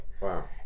Wow